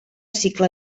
cicle